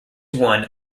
one